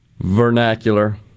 vernacular